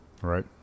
Right